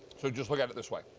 so just look at it this way.